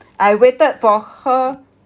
I waited for her